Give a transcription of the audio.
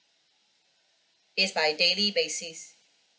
is by daily basis